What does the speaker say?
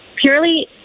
purely